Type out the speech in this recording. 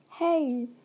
Hey